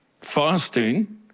fasting